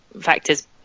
factors